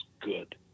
good